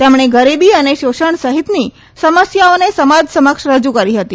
તેમજ઼ો ગરીબી અને શોષજ઼ સહિતની સમસ્યાઓને સમાજ સમક્ષ રજૂ કરી હતી